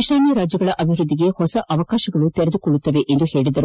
ಈಶಾನ್ಯ ರಾಜ್ಯಗಳ ಅಭಿವೃದ್ದಿಗೆ ಹೊಸ ಅವಕಾಶಗಳು ತೆರೆದುಕೊಳ್ಳಲಿವೆ ಎಂದರು